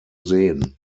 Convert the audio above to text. sehen